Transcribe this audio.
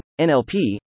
NLP